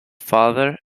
father